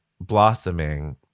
blossoming